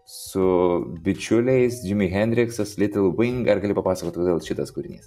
su bičiuliais džimi hendriksas litil ving ar gali papasakoti kodėl šitas kūrinys